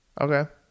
Okay